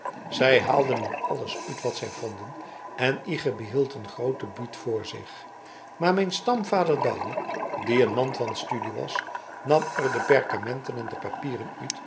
zij haalden er alles uut wat zij vonden en ige behield een grooten buut voor zich maar mijn stamvader douwe die een man van studie was nam er de perkamenten en papieren